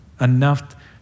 enough